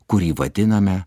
kurį vadiname